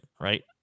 right